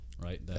right